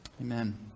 Amen